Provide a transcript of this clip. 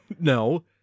No